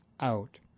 out